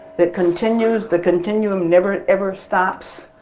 that continues, the continuum never, ever stops,